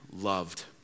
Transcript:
Loved